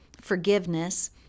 forgiveness